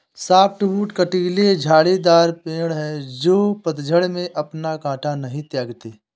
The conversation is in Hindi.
सॉफ्टवुड कँटीले झाड़ीदार पेड़ हैं जो पतझड़ में अपना काँटा नहीं त्यागते